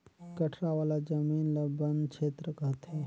कठरा वाला जमीन ल बन छेत्र कहथें